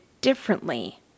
differently